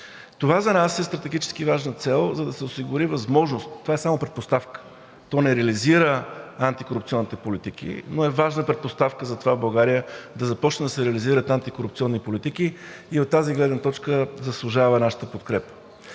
Това за нас е стратегически важна цел, за да се осигури възможност – това е само предпоставка, то не реализира антикорупционните политики, но е важна предпоставка за това в България да започнат да се реализират антикорупционни политики и от тази гледна точка заслужава нашата подкрепа.